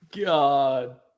God